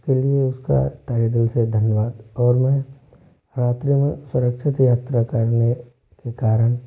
उसके लिए उसका तहे दिल से धन्यवाद और मैं रात्रि में सुरक्षित यात्रा करने के कारण